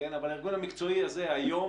אבל הארגון המקצועי הזה היום,